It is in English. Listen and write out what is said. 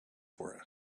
for